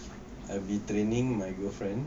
I will be training my girlfriend